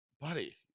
Buddy